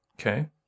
Okay